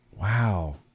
Wow